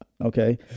Okay